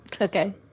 okay